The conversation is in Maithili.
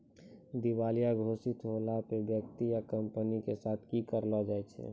दिबालिया घोषित होला पे व्यक्ति या कंपनी के साथ कि करलो जाय छै?